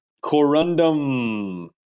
Corundum